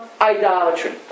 idolatry